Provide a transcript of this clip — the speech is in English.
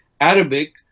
Arabic